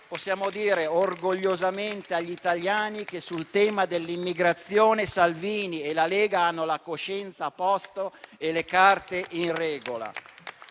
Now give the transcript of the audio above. possiamo dire orgogliosamente agli italiani che sul tema dell'immigrazione Salvini e la Lega hanno la coscienza a posto e le carte in regola.